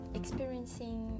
experiencing